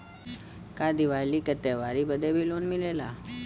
का दिवाली का त्योहारी बदे भी लोन मिलेला?